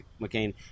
McCain